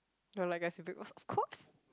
no like of course